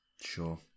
sure